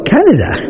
Canada